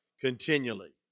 continually